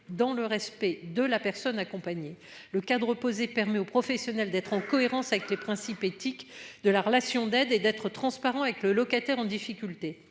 dans le respect de la personne accompagnée le cadre permet aux professionnels d'être en cohérence avec les principes éthiques de la relation d'aide et d'être transparent avec le locataire en difficulté.